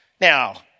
Now